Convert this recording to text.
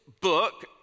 book